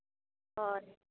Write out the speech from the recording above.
ᱦᱳᱭ